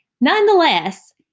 nonetheless